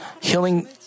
healing